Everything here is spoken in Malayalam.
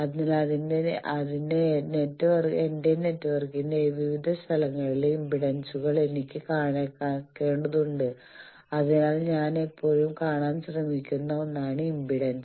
അതിനാൽ എന്റെ നെറ്റ്വർക്കിന്റെ വിവിധ സ്ഥലങ്ങളിലെ ഇംപെഡൻസുകൾ എനിക്ക് കണക്കാക്കേണ്ടതുണ്ട് അതിനാൽ ഞാൻ എപ്പോഴും കാണാൻ ശ്രമിക്കുന്ന ഒന്നാണ് ഇംപെഡൻസ്